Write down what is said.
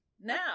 Now